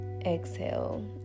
exhale